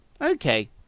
Okay